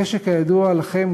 אחרי שכידוע לכם,